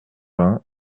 vingt